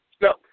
No